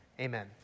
Amen